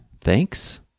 Thanks